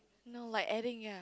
no like adding it